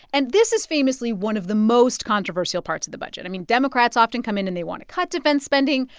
and this is famously one of the most controversial parts of the budget. i mean, democrats often come in, and they want to cut defense spending.